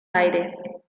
aires